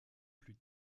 plus